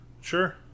Sure